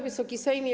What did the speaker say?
Wysoki Sejmie!